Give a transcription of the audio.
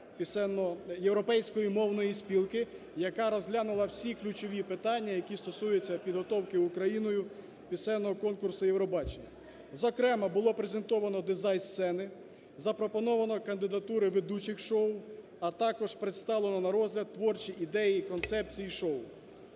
Європейської мовної спілки, яка розглянула всі ключові питання, які стосуються підготовки Україною пісенного конкурсу Євробачення, зокрема було презентовано дизайн сцени, запропоновано кандидатури ведучих шоу, а також представлено на розгляд творчі ідеї, концепції шоу.